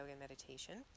meditation